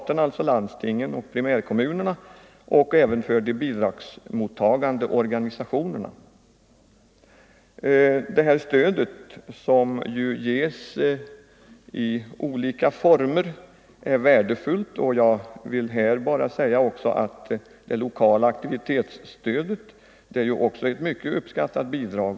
begärd —- staten, landstingen och primärkommunerna — och även för de bidrags — översyn av stödet till mottagande organisationerna. ungdomsorganisa Det här stödet, som ju ges i olika former, är värdefullt. Jag vill här = tionerna säga att också det lokala aktivitetsstödet är ett av de lokala organisationerna mycket uppskattat bidrag.